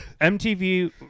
mtv